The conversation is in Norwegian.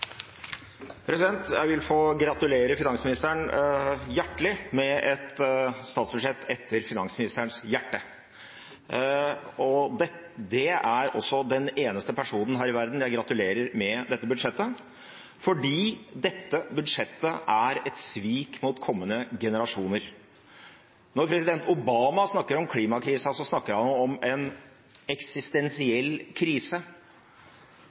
Jeg vil få gratulere finansministeren hjertelig med et statsbudsjett etter finansministerens hjerte. Hun er også den eneste personen her i verden jeg gratulerer med dette budsjettet, for dette budsjettet er et svik mot kommende generasjoner. Når president Obama snakker om klimakrisen, snakker han om en eksistensiell krise. Når Merkel snakker om klimakrisen, snakker hun om en